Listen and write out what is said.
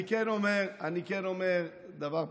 אני כן אומר דבר פשוט: